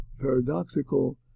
paradoxical